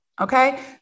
okay